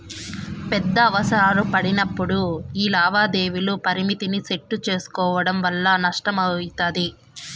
పెద్ద అవసరాలు పడినప్పుడు యీ లావాదేవీల పరిమితిని సెట్టు సేసుకోవడం వల్ల నష్టమయితది